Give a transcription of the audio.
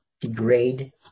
degrade